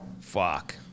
Fuck